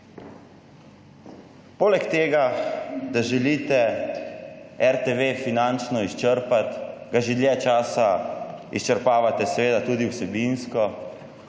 Poleg tega, da želite RTV finančno izčrpati, ga že dlje časa izčrpavate tudi vsebinsko.